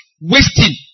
wasting